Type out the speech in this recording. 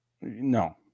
No